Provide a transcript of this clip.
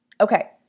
okay